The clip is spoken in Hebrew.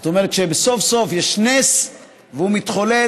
זאת אומרת שסוף-סוף יש נס והוא מתחולל.